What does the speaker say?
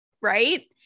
right